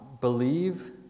believe